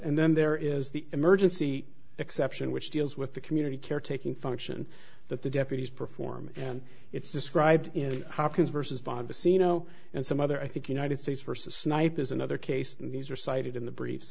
and then there is the emergency exception which deals with the community caretaking function that the deputies perform and it's described in hopkins versus bob the scene oh and some other i think united states versus snipers another case and these are cited in the br